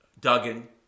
Duggan